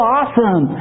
Awesome